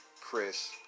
Chris